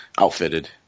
outfitted